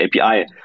API